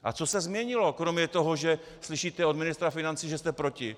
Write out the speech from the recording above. A co se změnilo kromě toho, že slyšíte od ministra financí, že je proti?